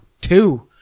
Two